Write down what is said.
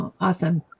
awesome